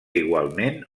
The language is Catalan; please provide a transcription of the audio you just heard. igualment